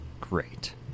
great